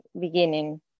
beginning